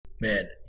Man